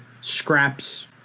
scraps